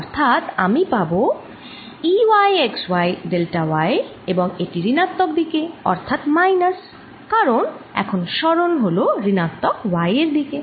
অর্থাৎ আমি পাবো E y x y delta y এবং এটি ঋণাত্মক দিকে অর্থাৎ মাইনাস কারণ এখন সরণ হলো ঋণাত্মক y এর দিকে